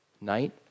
night